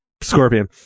Scorpion